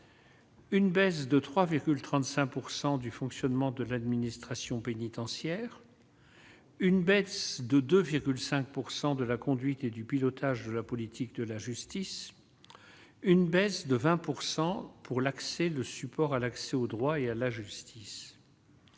Une baisse de 3,35 pourcent du fonctionnement de l'administration pénitentiaire, une baisse de 2,5 pourcent de la conduite, et du pilotage de la politique de la justice, une baisse de 20 pourcent pour l'accès le support à l'accès au droit et à la justice,